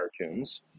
cartoons